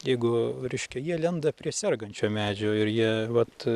jeigu reiškia jie lenda prie sergančio medžio ir jie vat